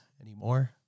anymore